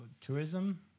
tourism